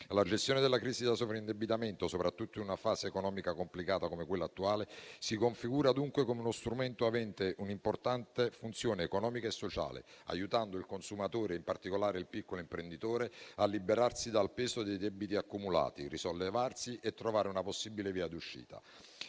la gestione delle crisi da sovraindebitamento, soprattutto in una fase economica complicata come quella attuale, si configura, dunque, come strumento avente un'importante funzione economica e sociale, aiutando il consumatore, ed in particolare il piccolo imprenditore, a liberarsi dal peso dei debiti accumulati, a risollevarsi, e a trovare una possibile via d'uscita